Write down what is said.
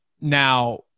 now